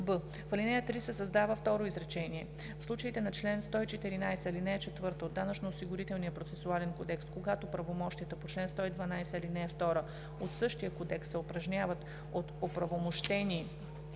в ал. 3 се създава второ изречение: „В случаите на чл. 114, ал. 4 от Данъчно-осигурителния процесуален кодекс, когато правомощията по чл. 112, ал. 2 от същия кодекс се упражняват от оправомощени